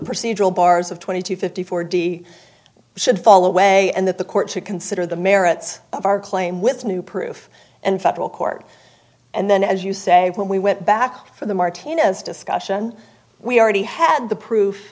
procedural bars of twenty to fifty four d should fall away and that the court to consider the merits of our claim with new proof and federal court and then as you say when we went back for the martinez discussion we already had the proof